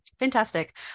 Fantastic